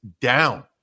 down